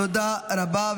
תודה רבה.